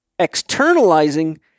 Externalizing